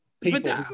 people